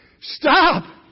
Stop